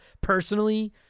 personally